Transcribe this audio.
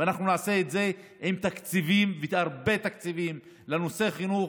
ואנחנו נעשה את זה עם תקציבים והרבה תקציבים לנושא חינוך,